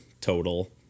total